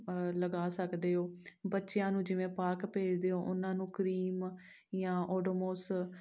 ਲਗਾ ਸਕਦੇ ਹੋ ਬੱਚਿਆਂ ਨੂੰ ਜਿਵੇਂ ਪਾਰਕ ਭੇਜਦੇ ਹੋ ਉਹਨਾਂ ਨੂੰ ਕਰੀਮ ਜਾਂ ਓਡੋਮੋਸ